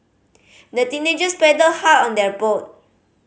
the teenagers paddled hard on their boat